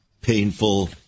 painful